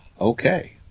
okay